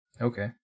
Okay